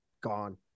gone